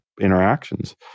interactions